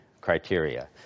criteria